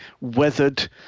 weathered